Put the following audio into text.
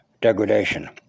degradation